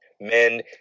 men